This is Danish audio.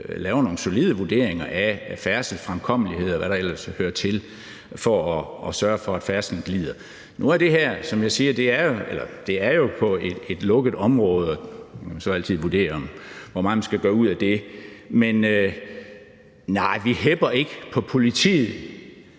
laver nogle solide vurderinger af færdsel, fremkommelighed, og hvad der ellers hører til, for at sørge for, at færdslen glider. Og nu er det her jo på et lukket område – man kan så altid vurdere, hvor meget man skal gøre ud af det. Men nej, vi hepper ikke på politiet,